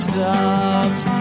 Stopped